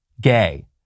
gay